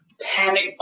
panic